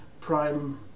prime